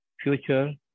future